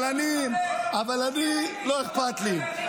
אבל אני, לא אכפת לי.